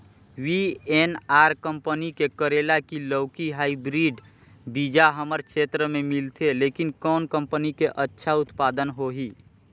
VNR company के करेला की लौकी हाईब्रिड बीजा हमर क्षेत्र मे मिलथे, लेकिन कौन कंपनी के अच्छा उत्पादन होही?